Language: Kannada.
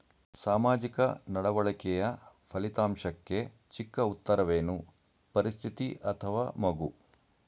ಸಾಮಾಜಿಕ ನಡವಳಿಕೆಯ ಫಲಿತಾಂಶಕ್ಕೆ ಚಿಕ್ಕ ಉತ್ತರವೇನು? ಪರಿಸ್ಥಿತಿ ಅಥವಾ ಮಗು?